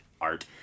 art